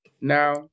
Now